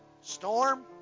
Storm